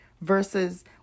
versus